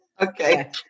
Okay